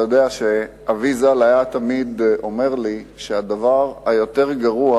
אבי ז"ל היה תמיד אומר לי שהדבר היותר גרוע